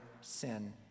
sin